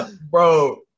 bro